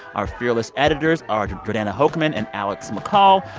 our fearless editors are jordana hochman and alex mccall.